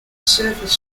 surface